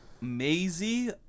Maisie